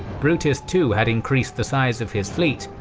brutus too had increased the size of his fleet,